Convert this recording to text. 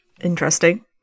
Interesting